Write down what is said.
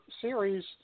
series